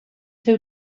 ser